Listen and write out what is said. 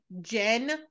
Jen